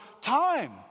time